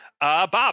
Bob